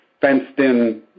fenced-in